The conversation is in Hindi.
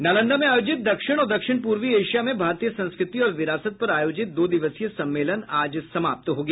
नालंदा में आयोजित दक्षिण और दक्षिण पूर्वी एशिया में भारतीय संस्कृति और विरासत पर आयोजित दो दिवसीय सम्मेलन आज समाप्त हो गया